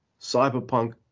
Cyberpunk